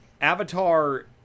Avatar